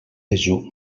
dejú